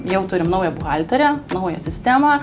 jau turim naują buhalterę naują sistemą